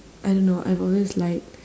I don't know I've always liked